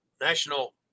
national